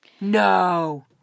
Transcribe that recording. No